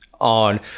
on